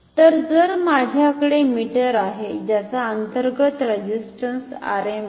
तर जर माझ्याकडे मीटर आहे ज्याचा अंतर्गत रेझिस्टंस Rm असेल